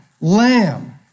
lamb